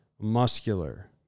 muscular